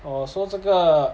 orh so 这个